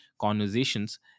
conversations